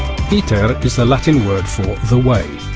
the latin word for the way.